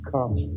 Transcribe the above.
Come